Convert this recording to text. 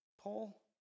Paul